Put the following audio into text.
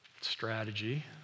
strategy